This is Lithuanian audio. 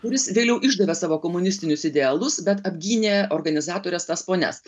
kuris vėliau išdavė savo komunistinius idealus bet apgynė organizatores tas ponias